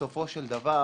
הממוצעים בסופו של דבר